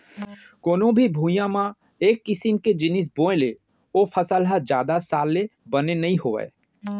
कोनो भी भुइंया म एक किसम के जिनिस बोए ले ओ फसल ह जादा साल ले बने नइ होवय